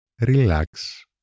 relax